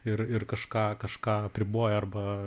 ir ir kažką kažką apriboja arba